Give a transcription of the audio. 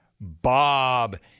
Bob